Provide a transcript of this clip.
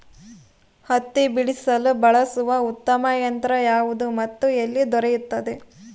ಹತ್ತಿ ಬಿಡಿಸಲು ಬಳಸುವ ಉತ್ತಮ ಯಂತ್ರ ಯಾವುದು ಮತ್ತು ಎಲ್ಲಿ ದೊರೆಯುತ್ತದೆ?